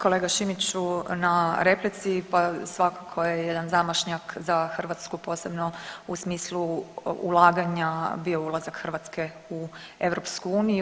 kolega Šimiću na replici, pa svakako je jedan zamašnjak za Hrvatsku posebno u smislu ulaganja bio ulazak Hrvatske u EU.